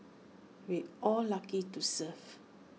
we all lucky to serve